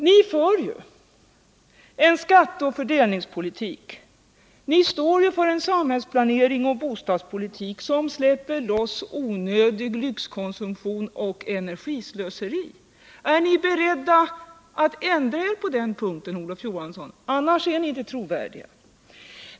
Ni för en skatteoch fördelningspolitik och står för en samhällsplanering och en bostadspolitik som släpper loss onödig lyxkonsumtion och energislöseri. Är ni beredda att ändra er på de punkterna, Olof Johansson? Annars är ni inte trovärdiga.